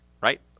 right